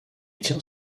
tient